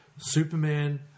Superman